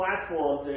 platform